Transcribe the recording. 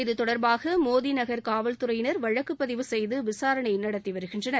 இதுதொடர்பாக மோதி நகர் காவல்துறையினர் வழக்குப் பதிவு செய்து விசாரணை நடத்தி வருகின்றனர்